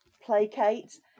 placate